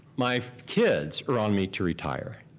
my kids are on me to retire.